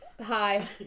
Hi